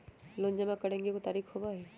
Loan जमा करेंगे एगो तारीक होबहई?